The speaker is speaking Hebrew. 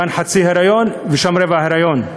כאן חצי היריון ושם רבע היריון.